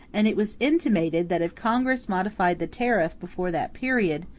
and it was intimated, that if congress modified the tariff before that period,